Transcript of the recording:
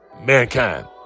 mankind